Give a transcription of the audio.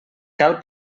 cal